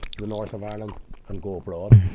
the north of ireland and go abroad.